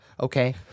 okay